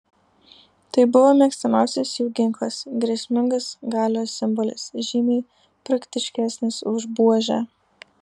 tai buvo mėgstamiausias jų ginklas grėsmingas galios simbolis žymiai praktiškesnis už buožę